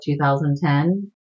2010